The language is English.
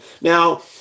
now